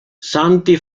santi